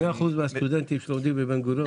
של קופות הפנסיה באות על חשבון הפנסיונר העתידי.